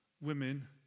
women